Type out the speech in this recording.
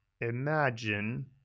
imagine